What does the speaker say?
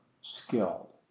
skilled